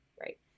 right